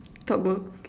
thought pro~